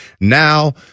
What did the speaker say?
Now